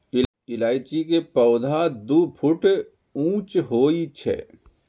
इलायची के पौधा दू फुट ऊंच होइ छै